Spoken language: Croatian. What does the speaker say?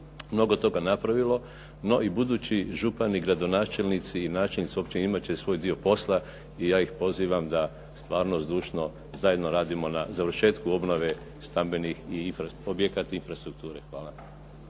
mnogo toga napravilo, no i budući župani, gradonačelnici i načelnici općine imat će svoj dio posla. I ja ih pozivam stvarno zdušno zajedno radimo na završetku obnove stambenih objekata i infrastrukture. Hvala.